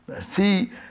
see